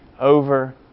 over